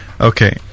Okay